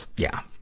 yeah.